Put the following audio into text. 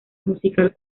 musical